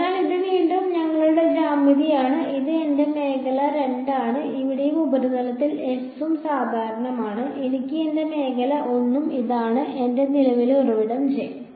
അതിനാൽ ഇത് വീണ്ടും ഞങ്ങളുടെ ജ്യാമിതിയാണ് ഇത് എന്റെ മേഖല 2 ആണ് ഇവിടെയും ഉപരിതലത്തിൽ S ഉം സാധാരണമാണ് ഇതാണ് എന്റെ മേഖല 1 ഇതാണ് എന്റെ നിലവിലെ ഉറവിടം J